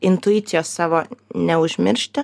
intuicijos savo neužmiršti